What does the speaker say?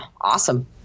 awesome